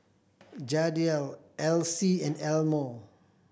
Jadiel Alcee and Elmo